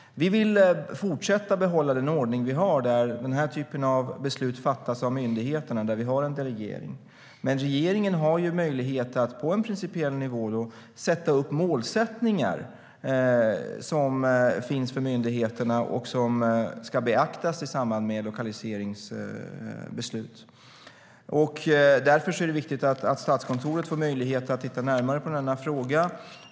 Vi vill behålla den ordning som vi har där den här typen av beslut fattas av myndigheterna och där vi har en delegering. Men regeringen har möjlighet att på en principiell nivå sätta upp mål för myndigheterna. De ska beaktas i samband med lokaliseringsbeslut. Därför är det viktigt att Statskontoret får möjlighet att titta närmare på denna fråga.